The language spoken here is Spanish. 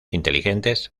inteligentes